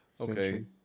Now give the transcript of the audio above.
Okay